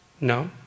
No